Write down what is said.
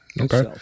Okay